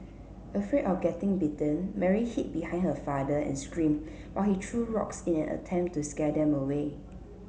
afraid of getting bitten Mary hid behind her father and screamed while he threw rocks in an attempt to scare them away